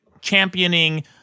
championing